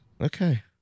Okay